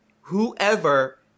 whoever